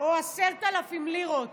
או 10,000 לירות.